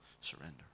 surrender